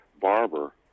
barber